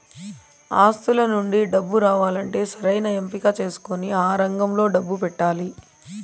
ఆస్తుల నుండి డబ్బు రావాలంటే సరైన ఎంపిక చేసుకొని ఆ రంగంలో డబ్బు పెట్టాలి